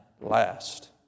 last